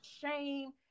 shame